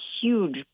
huge